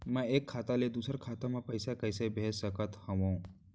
मैं एक खाता ले दूसर खाता मा पइसा कइसे भेज सकत हओं?